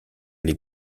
les